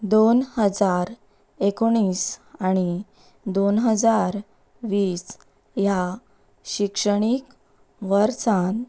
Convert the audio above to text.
दोन हजार एकोणीस आनी दोन हजार वीस ह्या शिक्षणीक वर्सान